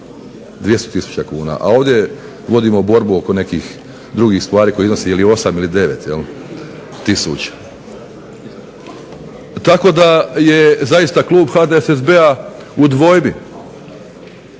200 tisuća kuna, a ovdje vodimo borbu oko nekih drugih stvari koji iznosi je li 8 ili 9 tisuća. Tako da je zaista klub HDSSB-a u dvojbi